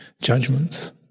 judgments